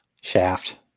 Shaft